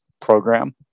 program